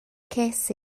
ces